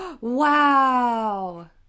Wow